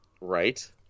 Right